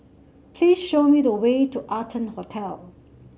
please show me the way to Arton Hotel